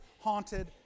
haunted